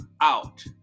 out